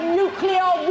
nuclear